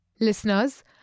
Listeners